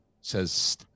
says